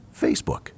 Facebook